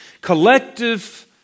collective